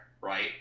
right